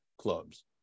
clubs